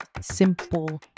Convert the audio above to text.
simple